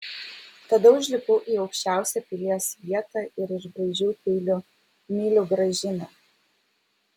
tada užlipau į aukščiausią pilies vietą ir išbraižiau peiliu myliu gražiną